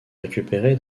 récupéré